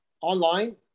online